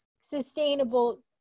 sustainable